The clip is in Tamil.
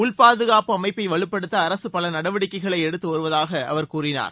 உள் பாதுகாப்பு அமைப்பை வலுப்படுத்த அரசு பல நடவடிக்கைகளை எடுத்து வருவதாக அவர் கூறினார்